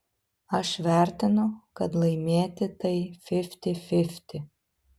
aš vertinu kad laimėti tai fifty fifty